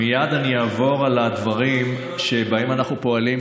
מייד אני אעבור על הדברים שבהם אנחנו פועלים,